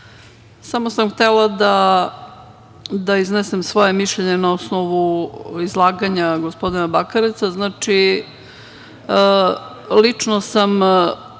Samo sam htela da iznesem svoje mišljenje na osnovu izlaganja gospodina Bakareca. Znači, lično sam